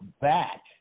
back